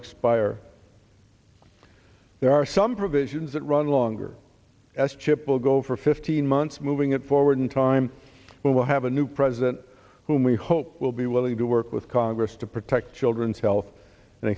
expire there are some provisions that run longer s chip will go for fifteen months moving it forward in time we will have a new president whom we hope will be willing to work with congress to protect children's health and